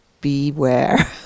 beware